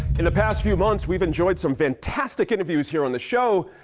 in the past few months, we've enjoyed some fantastic interviews here on the show.